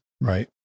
right